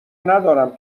ندارم